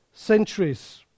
centuries